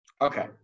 Okay